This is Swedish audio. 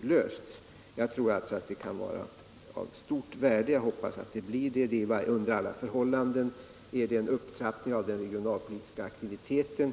lösts. Jag tror alltså att det kan vara av stort värde och jag hoppas att det blir det. Under alla förhållanden är det en upptrappning av den regionalpolitiska aktiviteten.